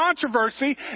controversy